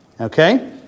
okay